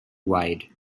wide